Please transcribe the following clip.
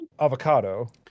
avocado